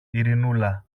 ειρηνούλα